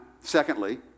secondly